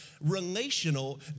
relational